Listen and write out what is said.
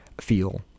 feel